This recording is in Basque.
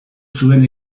zuen